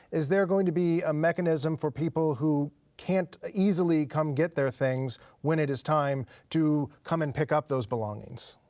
is there going to be a mechanism for people who can't ah easily come get their things when it is time to come and pick up those belongings?